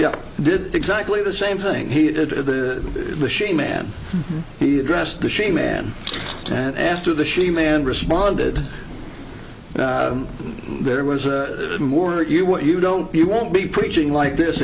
did exactly the same thing he did the machine man he addressed the she man and after the she man responded there was a more you want you don't you won't be preaching like this